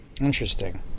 Interesting